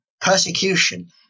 persecution